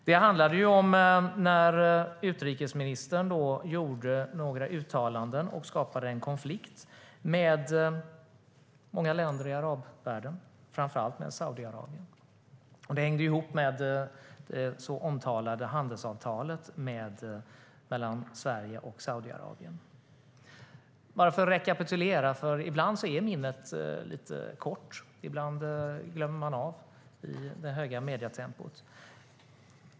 Det handlade om att utrikesministern gjorde några uttalanden och skapade en konflikt med många länder i arabvärlden, framför allt med Saudiarabien. Det hängde ihop med det så omtalade handelsavtalet mellan Sverige och Saudiarabien. Det kan vara bra att rekapitulera detta, för ibland är minnet lite kort - en konsekvens av det höga medietempot.